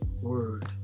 word